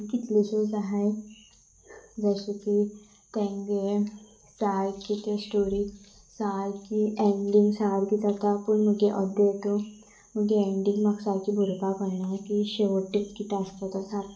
कितल्योश्योज आसा जशे की तेंगे सारकी त्यो स्टोरी सारकी एन्डींग सारकें जाता पूण मगे अर्दे येतू मुगे एंडींग म्हाका सारकीें बरोवपाक कळना की शेवटेच कितें आसता तें सारकें